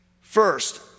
First